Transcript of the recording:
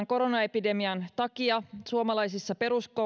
koronaepidemian takia suomalaisissa